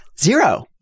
Zero